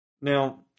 Now